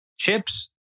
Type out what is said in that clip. Chips